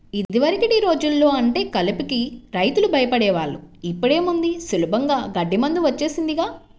యిదివరకటి రోజుల్లో అంటే కలుపుకి రైతులు భయపడే వాళ్ళు, ఇప్పుడేముంది సులభంగా గడ్డి మందు వచ్చేసిందిగా